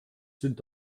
sind